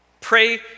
Pray